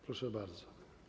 Proszę bardzo.